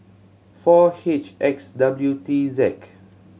four H X W T Z